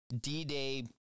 D-Day